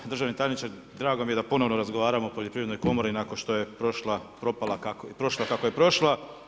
Evo, državni tajniče, drago mi je da ponovo razgovaramo o Poljoprivrednoj komori nakon što je prošla propala, prošla kako je prošla.